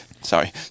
Sorry